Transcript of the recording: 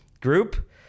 group